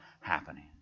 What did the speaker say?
happening